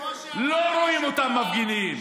לא רואים אותם מפגינים.